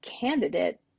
candidate